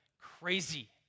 crazy